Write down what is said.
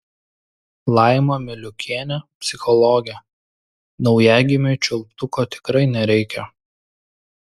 laima miliukienė psichologė naujagimiui čiulptuko tikrai nereikia